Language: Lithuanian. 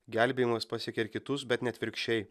gelbėjimas pasiekia ir kitus bet ne atvirkščiai